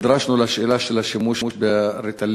נדרשנו לשאלה של השימוש ב"ריטלין"